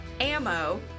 ammo